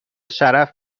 شرف